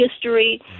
History